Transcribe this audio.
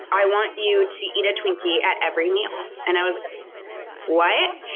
i want you to eat a twinkie at every meal. um and i was like, what?